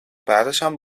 بعدشم